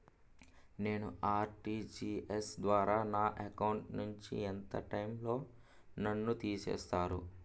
నేను ఆ.ర్టి.జి.ఎస్ ద్వారా నా అకౌంట్ నుంచి ఎంత టైం లో నన్ను తిసేస్తారు?